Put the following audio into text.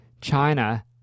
China